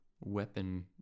weapon